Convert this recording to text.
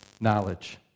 knowledge